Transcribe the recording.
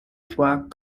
fois